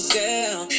girl